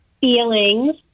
feelings